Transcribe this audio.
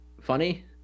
funny